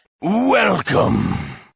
welcome